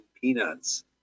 Peanuts